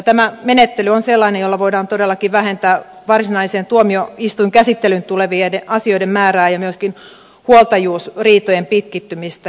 tämä menettely on sellainen jolla voidaan todellakin vähentää varsinaiseen tuomioistuinkäsittelyyn tulevien asioiden määrää ja myöskin huoltajuusriitojen pitkittymistä